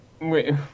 wait